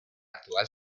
actual